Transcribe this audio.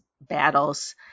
battles